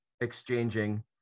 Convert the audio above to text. exchanging